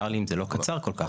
צר לי אם זה לא קצר כל כך.